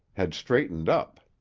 had straightened up.